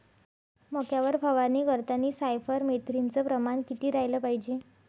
मक्यावर फवारनी करतांनी सायफर मेथ्रीनचं प्रमान किती रायलं पायजे?